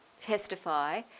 testify